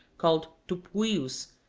called tupuyos,